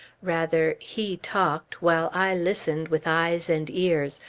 rather, he talked, while i listened with eyes and ears,